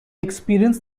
experienced